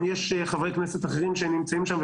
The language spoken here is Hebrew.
יש חברי כנסת אחרים שנמצאים שם,